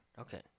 okay